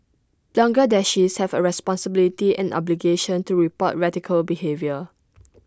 Bangladeshis have A responsibility and obligation to report radical behaviour